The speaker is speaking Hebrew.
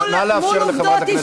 נא לאפשר לחברת הכנסת רגב להתרגש.